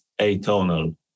atonal